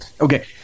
Okay